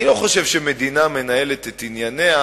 אני לא חושב שמדינה מנהלת את ענייניה